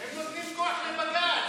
הם נותנים כוח לבג"ץ.